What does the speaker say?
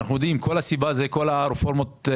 כל הסיבה זה כל הרפורמות.